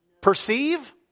Perceive